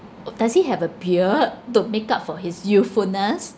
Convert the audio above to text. oo does he have a beard to make up for his youthfulness